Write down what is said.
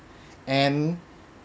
and